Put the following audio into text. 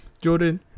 Jordan